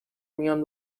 میان